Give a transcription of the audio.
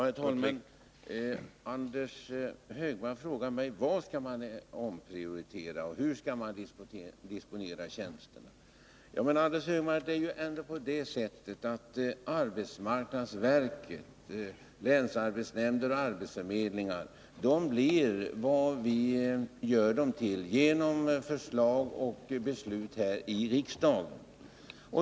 Herr talman! Anders Högmark frågar mig: Vad skall man omprioritera, och hur skall man disponera tjänsterna? Ja, men det är ju ändå på det sättet, Anders Högmark, att arbetsmarknadsverket, länsarbetsnämnderna och arbetsförmedlingarna blir vad vi gör dem till genom förslag och beslut här i riksdagen.